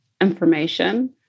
information